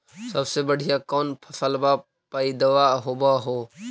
सबसे बढ़िया कौन फसलबा पइदबा होब हो?